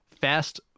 fast